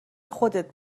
خودت